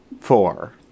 four